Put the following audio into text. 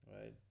Right